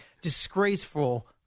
disgraceful